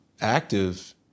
active